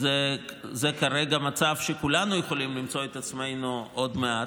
זה כרגע מצב שבו כולנו יכולים למצוא את עצמנו עוד מעט,